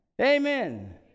Amen